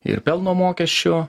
ir pelno mokesčių